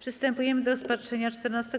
Przystępujemy do rozpatrzenia punktu 14.